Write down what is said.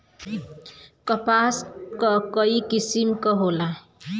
कपास क कई किसिम क होला